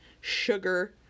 sugar